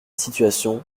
situation